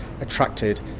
attracted